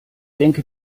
denke